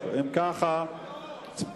הצבעה עכשיו.